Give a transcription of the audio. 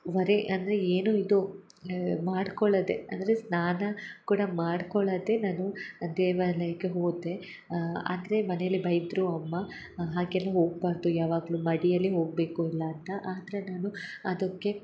ವರೆ ಅಂದರೆ ಏನು ಇದು ಮಾಡ್ಕೊಳ್ಳದೇ ಅಂದರೆ ಸ್ನಾನ ಕೂಡ ಮಾಡ್ಕೊಳದೆ ನಾನು ದೇವಾಲಯಕ್ಕೆ ಹೋದೆ ಅಂದರೆ ಮನೆಯಲ್ಲಿ ಬೈದರು ಅಮ್ಮ ಹಾಗೆಲ್ಲ ಹೋಗ್ಬಾರದು ಯಾವಾಗಲು ಮಡಿಯಲ್ಲಿ ಹೋಗಬೇಕು ಇಲ್ಲಾ ಅಂತ ಆದರೆ ನಾನು ಅದಕ್ಕೆ